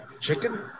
chicken